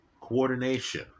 coordination